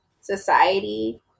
society